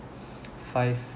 five